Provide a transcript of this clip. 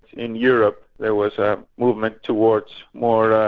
in europe there was a movement towards more and